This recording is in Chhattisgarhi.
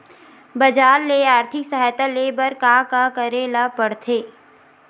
बजार ले आर्थिक सहायता ले बर का का करे ल पड़थे?